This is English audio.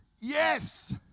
Yes